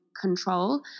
control